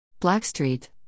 Blackstreet